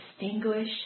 distinguish